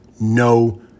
no